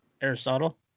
Aristotle